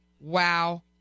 wow